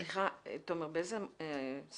סליחה, תומר, באיזה סעיף?